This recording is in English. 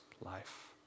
life